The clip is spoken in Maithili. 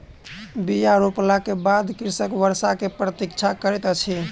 बीया रोपला के बाद कृषक वर्षा के प्रतीक्षा करैत अछि